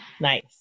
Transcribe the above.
Nice